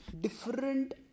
different